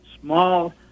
small